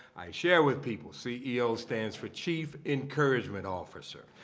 i share with people, ceo stands for chief encouragement officer.